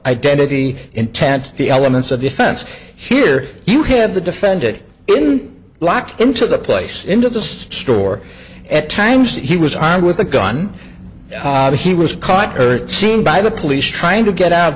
identity intent the elements of defense here you have to defend it in locked into the place into the store at times that he was armed with a gun that he was caught early seen by the police trying to get out